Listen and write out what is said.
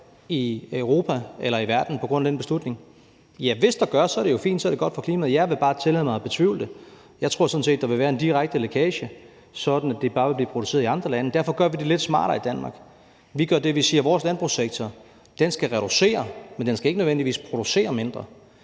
i Europa eller i verden på grund af den beslutning? Ja, hvis der gør det, er det jo fint; så er det godt for klimaet. Jeg vil bare tillade mig at betvivle det. Jeg tror sådan set, at der vil være en direkte lækage, sådan at det bare vil blive produceret i andre lande. Derfor gør vi det lidt smartere i Danmark. Vi gør det, at vi siger, at vores landbrugssektor skal reducere, men den skal ikke nødvendigvis producere mindre.